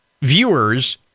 viewers